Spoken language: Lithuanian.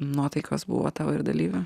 nuotaikos buvo tavo ir dalyvių